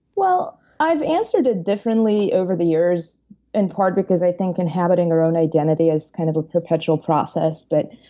well, i've answered it differently over the years in part because, i think, inhabiting our own identity is kind of a perpetual process that,